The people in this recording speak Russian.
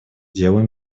делу